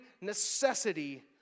necessity